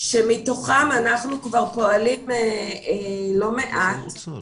מתוכם אנחנו כבר פועלים לא מעט